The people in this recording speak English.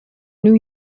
new